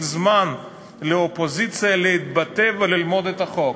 זמן לאופוזיציה להתבטא וללמוד את החוק.